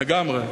לגמרי.